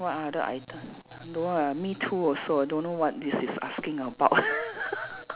what other item no ah me too also I don't know what this is asking about